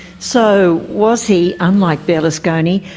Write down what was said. so was he, unlike berlusconi,